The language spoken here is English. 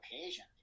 occasion